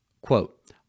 Quote